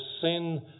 sin